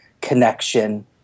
connection